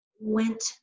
went